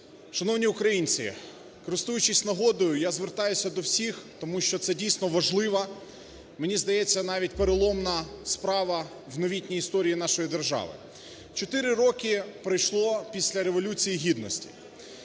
Шановні українці! Користуючись нагодою, я звертаюся до всіх, тому що це дійсно важлива, мені здається, навіть переломна справа в новітні історії нашої держав. 4 роки пройшло після Революції Гідності,